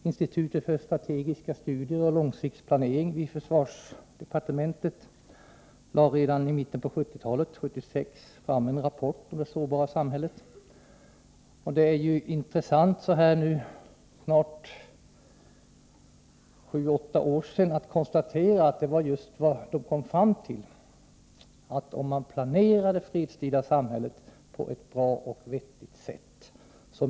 Institutet för strategiska studier och långsiktig planering vid försvarsdepartementet lade redan i mitten av 1970-talet, år 1976, fram en rapport om det sårbara samhället. Det är så här sju åtta år senare intressant att konstatera att vad de kom fram till just var att behovet av särskilda beredskapsåtgärder minskar om man planerar det fredstida samhället på ett bra och vettigt sätt.